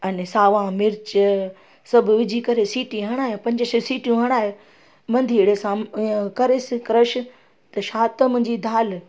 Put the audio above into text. अने सावा मिर्च सभु विझी करे सिटी हणायूं पंज छह सिटियूं हणाए मंदिड़े सां ईअ करेसि क्रश त छा त मुंहिजी दालि